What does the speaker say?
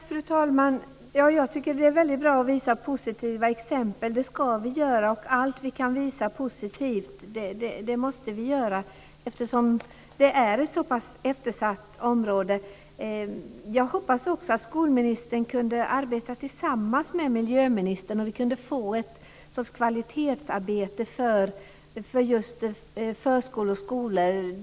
Fru talman! Jag tycker att det är väldigt bra att visa positiva exempel. Det ska vi göra. Allt positivt vi kan visa måste vi göra, eftersom det är ett så pass eftersatt område. Jag önskar också att skolministern kunde arbeta tillsammans med miljöministern så att vi kunde få ett sorts kvalitetsarbete för just förskolor och skolor.